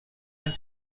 and